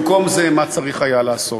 במקום זה, מה צריך היה לעשות?